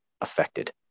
affected